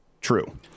true